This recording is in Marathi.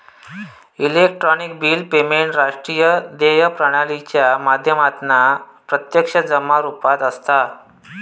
इलेक्ट्रॉनिक बिल पेमेंट राष्ट्रीय देय प्रणालीच्या माध्यमातना प्रत्यक्ष जमा रुपात असता